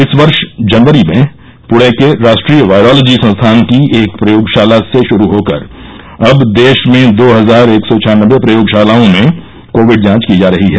इस वर्ष जनवरी में पुणे के राष्ट्रीय वायरोलॉजी संस्थान की एक प्रयोगशाला से शुरू होकर अब देश में दो हजार एक सौ छानबे प्रयोगशालाओं में कोविड जांच की जा रही है